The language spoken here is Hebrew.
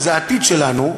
שזה העתיד שלנו,